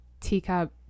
teacup